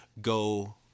go